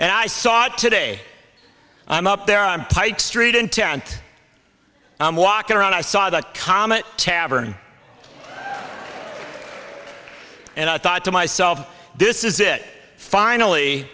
and i saw today i'm up there on pike street in terre and i'm walking around i saw that comet tavern and i thought to myself this is it finally